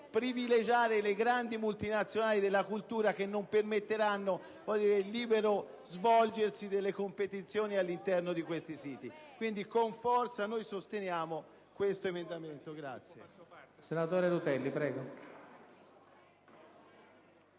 privilegiare le grandi multinazionali della cultura che non permetteranno il libero svolgersi delle competizioni all'interno di questi siti. Sosteniamo pertanto con forza l'emendamento 8.27.